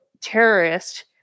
terrorist